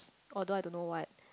or those I don't know what